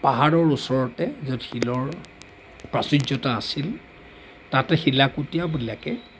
পাহাৰৰ ওচৰতে য'ত শিলৰ প্ৰাচুৰ্য্যতা আছিল তাতে শিলাকুটীয়াবিলাকে